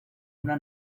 una